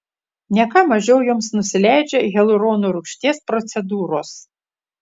ne ką mažiau joms nusileidžia hialurono rūgšties procedūros